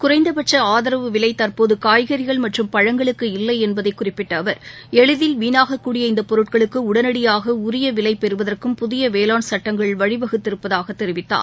குறைந்தபட்ச ஆதரவு விலை தற்போது காய்கறிகள் மற்றும் பழங்களுக்கு இல்லை என்பதை குறிப்பிட்ட அவர் எளிதில் வீணாகக்கூடிய இந்தப் பொருட்களுக்கு உடனடியாக உரிய விலை பெறுவதற்கும் புதிய வேளாண் சட்டங்கள் வழி வகுத்திருப்பதாக தெரிவித்தார்